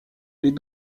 les